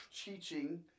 teaching